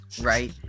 right